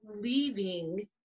leaving